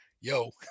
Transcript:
yo